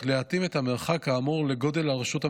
להתאים את המרחק האמור לגודל הרשות המקומית.